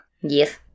Yes